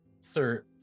sir